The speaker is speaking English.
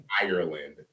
Ireland